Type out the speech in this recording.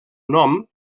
nom